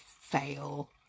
fail